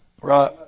Right